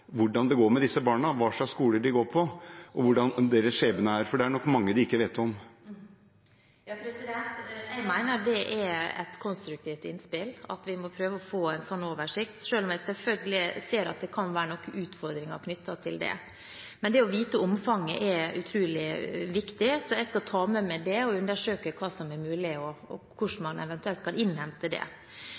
hvordan det går med disse barna, hva slags skoler de går på, og hvordan deres skjebne er, for det er nok mange de ikke vet om. Jeg mener det er et konstruktivt innspill, at vi må prøve å få en slik oversikt, selv om jeg selvfølgelig ser at det kan være noen utfordringer knyttet til det. Men det å vite omfanget er utrolig viktig, så jeg skal ta det med meg og undersøke hva som er mulig, og hvordan man eventuelt kan innhente det.